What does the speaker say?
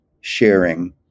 sharing